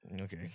Okay